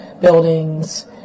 buildings